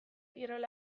kirol